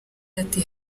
ati